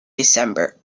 december